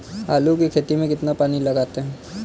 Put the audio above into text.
आलू की खेती में कितना पानी लगाते हैं?